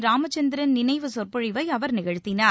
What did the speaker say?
ராமச்சந்திரன் நினைவு சொற்பொழிவை அவர் நிகழ்த்தினார்